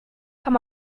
kann